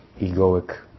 egoic